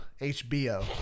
HBO